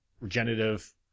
regenerative